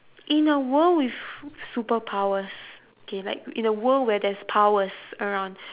in a world with superpowers okay like in a world where there's powers around